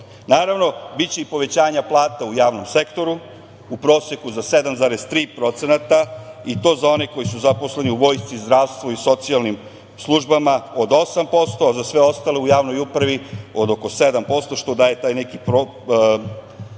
godinu. Naravno, biće i povećanjae plata u javnom sektoru u proseku za 7,3% i to za one koji su zaposleni u vojsci, zdravstvu i socijalnim službama od 8%, za sve ostale u javnoj upravi od oko 7% što daje povećanje prosečnog